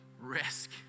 risk